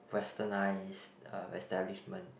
westernised establishment